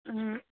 অঁ